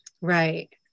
Right